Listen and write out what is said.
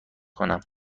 کنم